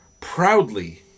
proudly